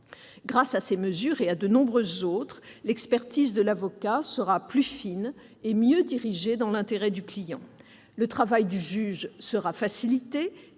Grâce à ces mesures et à de nombreuses autres, l'expertise de l'avocat sera plus fine et mieux dirigée dans l'intérêt du client. Le travail du juge sera facilité